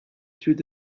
through